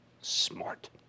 Smart